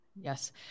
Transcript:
Yes